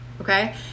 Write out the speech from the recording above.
Okay